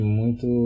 muito